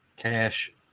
Cash